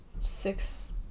six